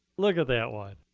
look at that one.